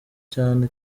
cyane